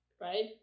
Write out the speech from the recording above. right